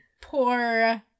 poor